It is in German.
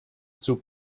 zug